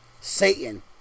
Satan